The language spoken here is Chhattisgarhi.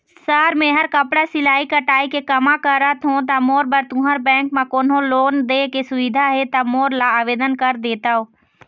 सर मेहर कपड़ा सिलाई कटाई के कमा करत हों ता मोर बर तुंहर बैंक म कोन्हों लोन दे के सुविधा हे ता मोर ला आवेदन कर देतव?